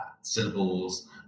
syllables